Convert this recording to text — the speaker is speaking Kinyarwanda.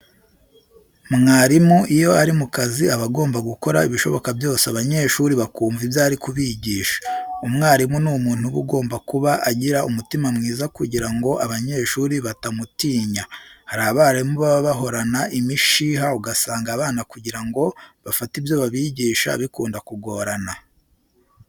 Mwarimu iyo ari mu kazi aba agomba gukora ibishoboka byose abanyeshuri bakumva ibyo ari kubigisha. Umwarimu ni umuntu uba ugomba kuba agira umutima mwiza kugira ngo abanyeshuri batamutinya. Hari abarimu baba bahorana imishiha ugasanga abana kugira ngo bafate ibyo babigisha bikunda kugorana.